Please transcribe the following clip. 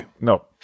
no